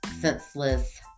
senseless